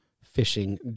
fishing